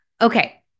Okay